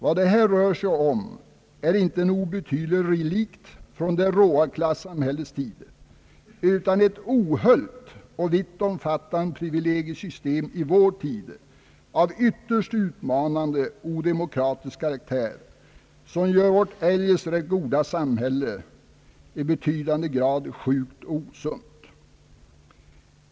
Vad det här rör sig om är inte en obetydlig relikt från det råa klassamhällets tid utan ett ohöljt och vittomfattande privilegiesystem i vår tid av ytterst utmanande och odemokratisk karaktär, som gör vårt eljest rätt goda samhälle i betydande grad sjukt och osunt.